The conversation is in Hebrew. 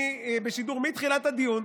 בשידור מתחילת הדיון,